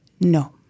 No